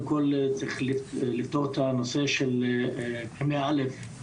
כל צריך לפתור את הנושא של קמ"ע א',